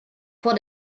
vor